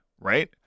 right